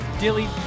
Dilly